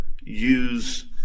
use